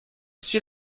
suis